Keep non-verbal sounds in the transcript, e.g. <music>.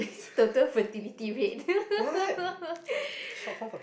<noise> total fertility rate <laughs>